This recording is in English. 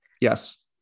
Yes